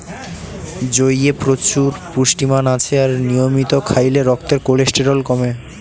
জইয়ে প্রচুর পুষ্টিমান আছে আর নিয়মিত খাইলে রক্তের কোলেস্টেরল কমে